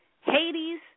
Hades